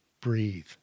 breathe